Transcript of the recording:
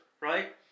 right